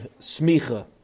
smicha